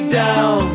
down